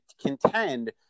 contend